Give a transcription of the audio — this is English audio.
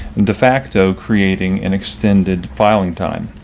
de facto creating an extended filing time.